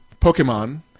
Pokemon